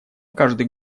каждый